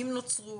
אם נוצרו.